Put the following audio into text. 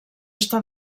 està